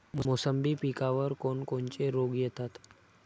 मोसंबी पिकावर कोन कोनचे रोग येतात?